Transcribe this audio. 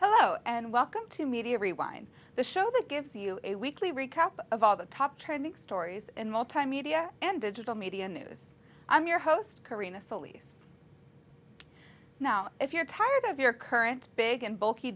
hello and welcome to media rewind the show that gives you a weekly recap of all the top trending stories and multimedia and digital media news i'm your host corrina sully's now if you're tired of your current big and bulky